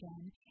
again